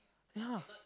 ya